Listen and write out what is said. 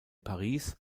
paris